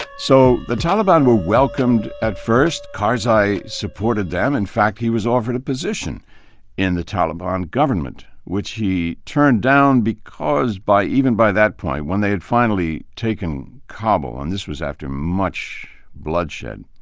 so the taliban were welcomed at first. karzai supported them, in fact he was offered a position in the taliban government, which he turned down because even by that point, when they had finally taken kabul, and this was after much bloodshed.